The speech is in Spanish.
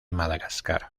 madagascar